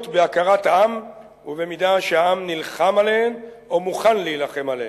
בהכרת העם ובמידה שהעם נלחם עליהן או מוכן להילחם עליהן.